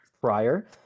prior